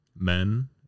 Men